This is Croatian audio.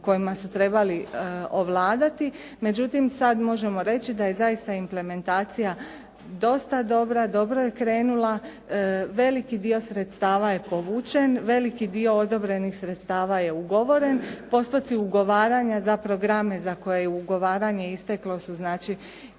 kojima su trebali ovladati. Međutim, sada možemo reći da je zaista implementacija doista dobra, dobro je krenulo, veliki dio sredstava je povučen, veliki dio odobrenih sredstava je ugovoren, postoci ugovaranja za programe za koje je ugovaranje isteklo su znači